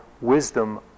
wisdom